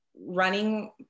running